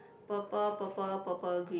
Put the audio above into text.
purple purple purple green